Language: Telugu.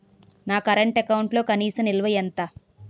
నా కరెంట్ అకౌంట్లో కనీస నిల్వ ఎంత?